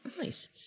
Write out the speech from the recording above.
Nice